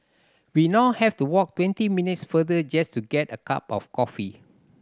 we now have to walk twenty minutes farther just to get a cup of coffee